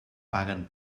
paguen